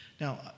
now